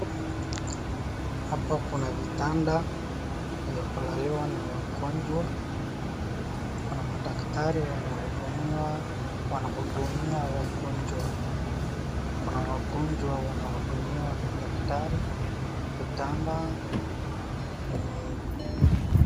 Hapa kuna vitanda vya kulaliwa na wagonjwa, kuna madaktari wanahudumiwa, wanahudumia wagonjwa, na kuna wagonjwa wanahudumiwa na daktari, vitanda vime...